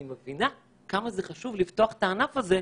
אני מבינה כמה חשוב לפתוח את הענף הזה.